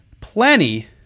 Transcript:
Plenty